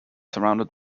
surrounded